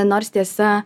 nors tiesa